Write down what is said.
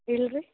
ಇಲ್ಲ ರಿ